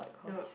no